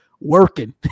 Working